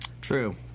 true